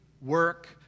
work